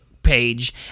page